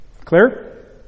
Clear